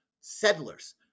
Settlers